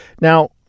Now